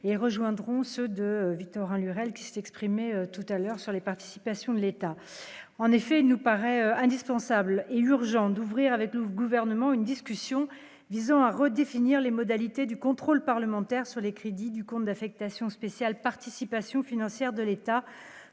et rejoindront ceux de Victorin Lurel qui s'est exprimé tout à l'heure sur les participations de l'État, en effet, il nous paraît indispensable et urgent d'ouvrir avec le gouvernement une discussion visant à redéfinir les modalités du contrôle parlementaire sur les crédits du compte d'affectation spéciale participation financière de l'État,